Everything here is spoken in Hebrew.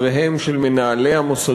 אני שומע את דבריהם של מנהלי המוסדות,